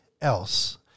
else